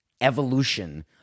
evolution